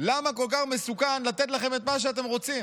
למה כל כך מסוכן לתת לכם את מה שאתם רוצים.